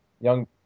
Young